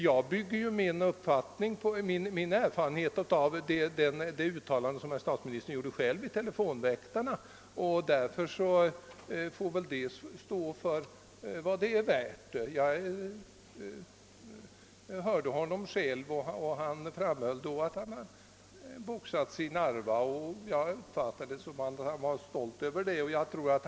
Jag bygger min kunskap på det uttalande som statsministern själv gjorde i telefonväktarprogrammet, och det får väl stå för vad det är värt. Jag hörde honom själv framhålla att han hade boxats i Narva, och jag uppfattade detta uttalande så, att han var stolt över att ha gjort det.